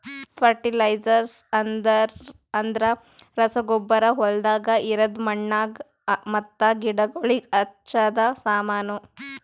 fertilisers ಅಂದ್ರ ರಸಗೊಬ್ಬರ ಹೊಲ್ದಾಗ ಇರದ್ ಮಣ್ಣಿಗ್ ಮತ್ತ ಗಿಡಗೋಳಿಗ್ ಹಚ್ಚದ ಸಾಮಾನು